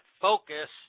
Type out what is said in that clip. focus